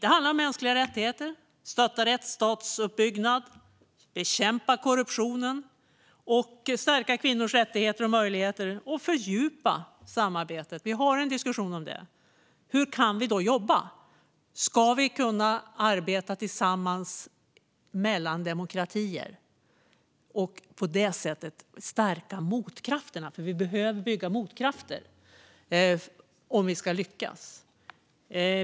Det handlar om mänskliga rättigheter, om att stötta rättsstatsuppbyggnad, om att bekämpa korruption, om att stärka kvinnors rättigheter och möjligheter och om att fördjupa samarbetet. Vi har en diskussion om detta. Hur kan vi då jobba? Ska vi kunna arbeta tillsammans mellan demokratier och på det sättet stärka motkrafterna? Vi behöver ju bygga motkrafter om vi ska lyckas.